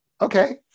Okay